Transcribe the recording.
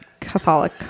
Catholic